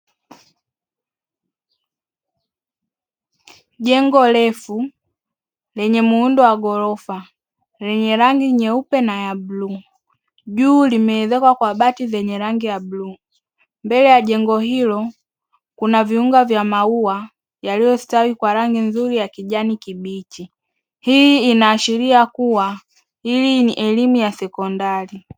Jengo refu lenye muundo wa ghorofa lenye rangi nyeupe na ya bluu, juu limeezekwa kwa bati lenye rangi ya bluu, mbele ya jengo hilo kuna viunga vya maua yaliyostawi kwa rangi nzuri ya kijani kibichi. Hii inaashiria kuwa hili ni elimu ya sekondari.